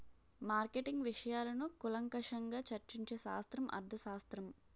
marketing విషయాలను కూలంకషంగా చర్చించే శాస్త్రం అర్థశాస్త్రం